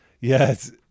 Yes